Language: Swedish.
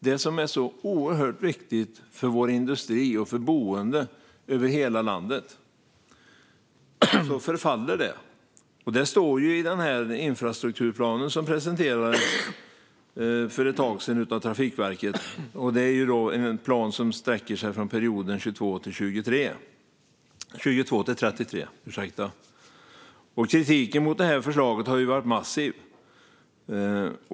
Det som är så oerhört viktigt för vår industri och för boende över hela landet förfaller. Detta står i den infrastrukturplan som för ett tag sedan presenterades av Trafikverket, vilket alltså är en plan som sträcker sig från 2022 till 2033. Kritiken mot förslaget har varit massiv.